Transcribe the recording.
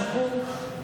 כרכור?